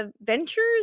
Ventures